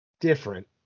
different